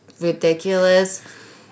ridiculous